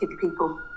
people